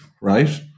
right